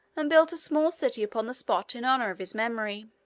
and built a small city upon the spot in honor of his memory.